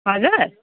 हजुर